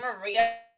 maria